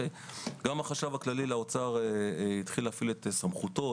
גם החשב הכללי במשרד האוצר התחיל להפעיל את סמכותו,